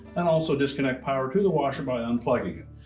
and also disconnect power to the washer by unplugging it.